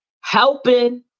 helping